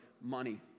money